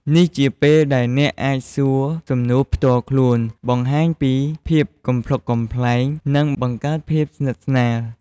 នេះជាពេលដែលអ្នកអាចសួរសំណួរផ្ទាល់ខ្លួន បង្ហាញពីភាពកំប្លុកកំប្លែង និងបង្កើតភាពស្និទ្ធស្នាល។